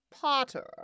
Potter